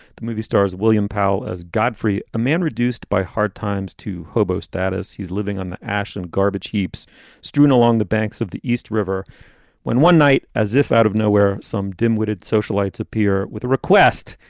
the movie stars william powell as godfrey, a man reduced by hard times to hobo status. he's living on the ash and garbage heaps strewn along the banks of the east river when one night, as if out of nowhere, some dim witted socialites appear with a request.